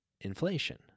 inflation